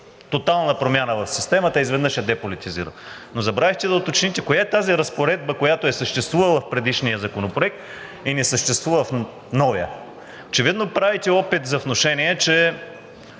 тотална промяна в системата и изведнъж я деполитизира. Но забравихте да уточните коя е тази разпоредба, която е съществувала в предишния законопроект и не съществува в новия. Очевидно правите опит за внушение, че